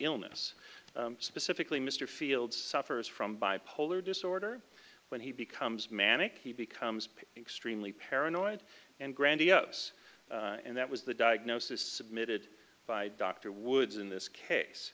illness specifically mr fields suffers from bipolar disorder when he becomes manic he becomes extremely paranoid and grandiose and that was the diagnosis submitted by dr woods in this case